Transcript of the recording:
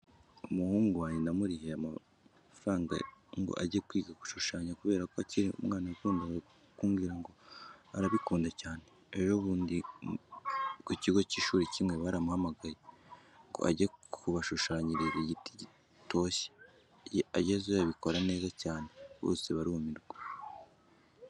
Umuhungu wange namurihiye amafaranga ngo ajye kwiga gushushanya kubera ko akiri umwana yakundaga kumbwira ngo arabikunda cyane. Ejo bundi ku kigo cy'ishuri kimwe baramuhamagaye ngo ajye kubashushanyiriza igiti gitoshye agezeyo abikora neza cyane bose barumirwa.